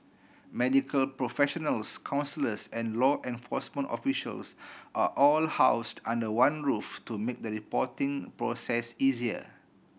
medical professionals counsellors and law enforcement officials are all housed under one roof to make the reporting process easier